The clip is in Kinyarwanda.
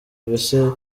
mbese